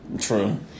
true